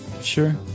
Sure